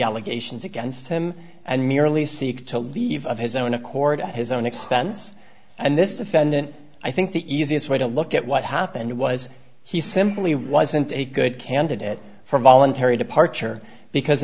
allegations against him and merely seek to leave of his own accord at his own expense and this defendant i think the easiest way to look at what happened was he simply wasn't a good candidate for voluntary departure because